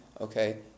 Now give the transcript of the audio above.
okay